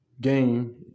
game